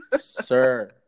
Sir